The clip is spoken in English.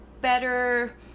better